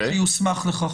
יוסמך לכך.